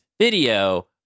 video